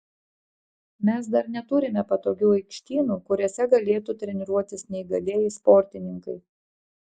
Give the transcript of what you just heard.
mes dar neturime patogių aikštynų kuriuose galėtų treniruotis neįgalieji sportininkai